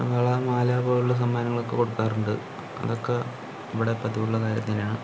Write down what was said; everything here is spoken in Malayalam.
വള മാല പോലുള്ള സമ്മാനങ്ങളൊക്ക കൊടുക്കാറുണ്ട് അതൊക്കെ ഇവിടെ പതിവുള്ള കാര്യം തന്നെയാണ്